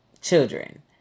children